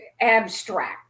abstract